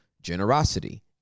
generosity